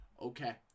Okay